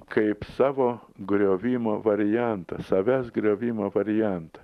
kaip savo griovimo variantą savęs griovimo variantą